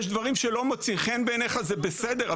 יש דברים שלא מוצאים בעיניך זה בסדר,